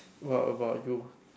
what about you